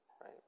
right